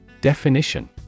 Definition